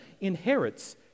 inherits